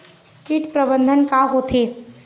कीट प्रबंधन का होथे?